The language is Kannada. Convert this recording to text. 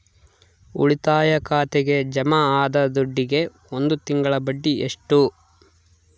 ಉಳಿತಾಯ ಖಾತೆಗೆ ಜಮಾ ಆದ ದುಡ್ಡಿಗೆ ಒಂದು ತಿಂಗಳ ಬಡ್ಡಿ ಎಷ್ಟು?